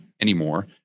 anymore